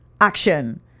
action